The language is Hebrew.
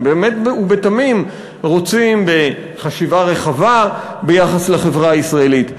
שבאמת ובתמים רוצים חשיבה רחבה ביחס לחברה הישראלית,